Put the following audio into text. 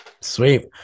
Sweet